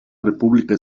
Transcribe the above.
república